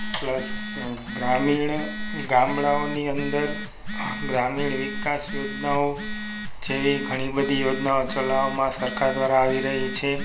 plus ગ્રામીણ ગામડાઓની અંદર ગ્રામીણ વિકાસ યોજનાઓ જેવી ઘણી બધી યોજનાઓ ચલાવવામાં સરકાર દ્વારા આવી રહી છે